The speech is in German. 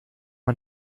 man